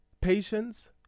patience